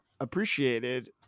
appreciated